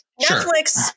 Netflix